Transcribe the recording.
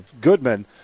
Goodman